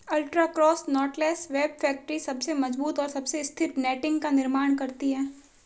ultra cross knotless web factory सबसे मजबूत और सबसे स्थिर नेटिंग का निर्माण करती है